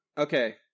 Okay